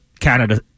Canada